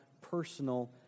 personal